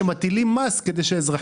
ממתי הם מטילים מס כדי שהאזרחים לא ייפגעו?